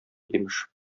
имеш